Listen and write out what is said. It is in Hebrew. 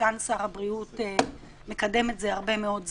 סגן שר הבריאות מקדם את זה הרבה מאוד זמן.